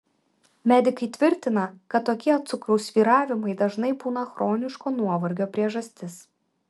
medikai tvirtina kad tokie cukraus svyravimai dažnai būna chroniško nuovargio priežastis